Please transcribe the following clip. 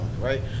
right